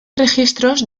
registros